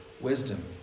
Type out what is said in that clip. wisdom